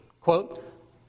quote